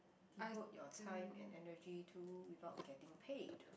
devote your time and energy to without getting paid